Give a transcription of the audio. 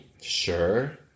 sure